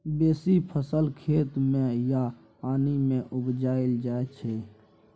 बेसी फसल खेत मे या पानि मे उपजाएल जाइ छै